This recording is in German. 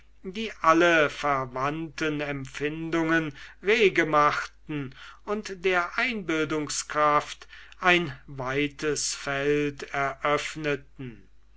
die alle verwandten empfindungen rege machten und der einbildungskraft ein weites feld eröffneten